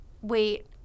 wait